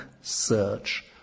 search